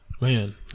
man